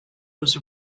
was